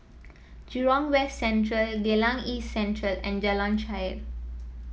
Jurong West Central Geylang East Central and Jalan Shaer